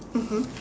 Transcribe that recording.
mmhmm